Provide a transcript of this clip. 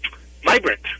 vibrant